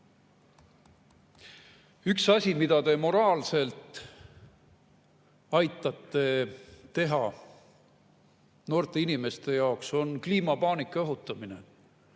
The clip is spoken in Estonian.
Üks asi, mida te moraalselt aitate teha noorte inimeste jaoks, on kliimapaanika õhutamine.